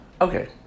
Okay